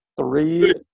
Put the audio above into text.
three